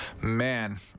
Man